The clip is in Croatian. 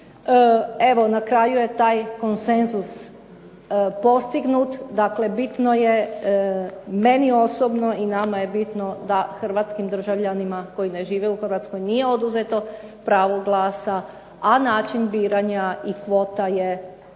evo na kraju je taj konsenzus postignut, dakle bitno je meni osobno i nama je bitno da hrvatskim državljanima koji ne žive u Hrvatskoj nije oduzeto pravo glasa, a način biranja i kvota je kompromis.